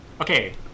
Okay